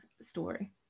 story